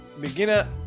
beginner